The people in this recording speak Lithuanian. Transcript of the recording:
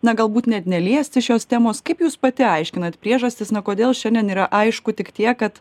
na galbūt net neliesti šios temos kaip jūs pati aiškinat priežastis na kodėl šiandien yra aišku tik tiek kad